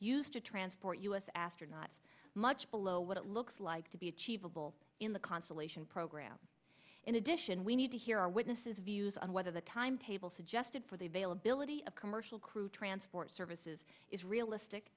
used to transport us astronaut much below what it looks like to be achievable in the constellation program in addition we need to hear our witnesses views on whether the timetable suggested for the availability of commercial crew transport services is realistic